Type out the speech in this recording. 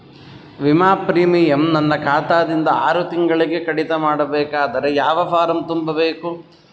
ವಿಮಾ ಪ್ರೀಮಿಯಂ ನನ್ನ ಖಾತಾ ದಿಂದ ಆರು ತಿಂಗಳಗೆ ಕಡಿತ ಮಾಡಬೇಕಾದರೆ ಯಾವ ಫಾರಂ ತುಂಬಬೇಕು?